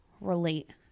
relate